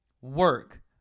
work